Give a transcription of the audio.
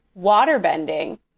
waterbending